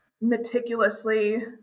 meticulously